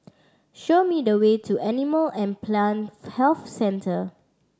show me the way to Animal and Plant Health Centre